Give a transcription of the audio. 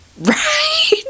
Right